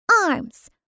arms